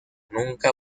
nunca